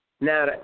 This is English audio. Now